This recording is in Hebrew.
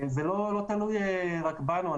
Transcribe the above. זה לא תלוי רק בנו.